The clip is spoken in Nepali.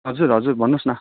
हजुर हजुर भन्नुहोस् न